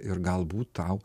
ir galbūt tau